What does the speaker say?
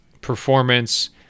performance